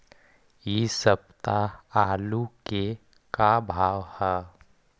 इ सप्ताह आलू के का भाव है?